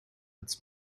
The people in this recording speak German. als